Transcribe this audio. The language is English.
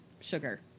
Sugar